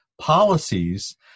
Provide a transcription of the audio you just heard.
policies